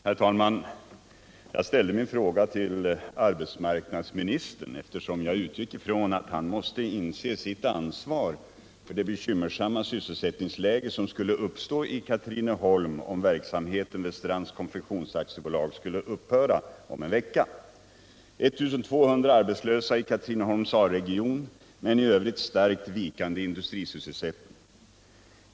Herr talman! Jag ställde min fråga till arbetsmarknadsministern, eftersom jag utgick ifrån att han måste inse sitt ansvar för det bekymmersamma sysselsättningsläge som skulle uppstå i Katrineholm ifall verksamheten vid Strands Konfektions AB skulle upphöra om en vecka: 1200 arbetslösa i Katrineholms a-region med en i övrigt starkt vikande industrisysselsättning.